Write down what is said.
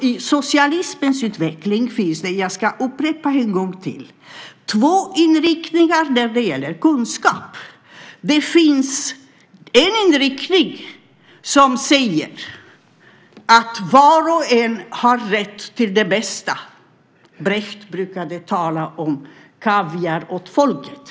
I socialismens utveckling - jag upprepar det - finns det två inriktningar när det gäller kunskap. Den ena inriktningen säger att var och en har rätt till det bästa. Brecht brukade tala om kaviar åt folket.